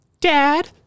Dad